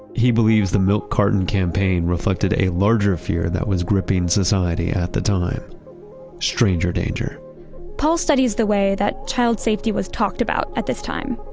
he believes the milk carton campaign reflected a larger fear that was gripping society at the time stranger danger paul studies the way that child safety was talked about at this time.